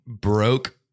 broke